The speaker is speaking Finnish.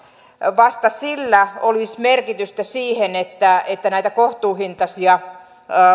vasta olisi merkitystä siihen että että näitä kohtuuhintaisia